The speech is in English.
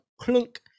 clunk